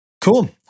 Cool